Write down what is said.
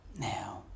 Now